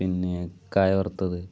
പിന്നെ കായ വറുത്തത്